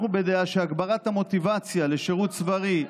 אנחנו בדעה שהגברת המוטיבציה לשירות צבאי,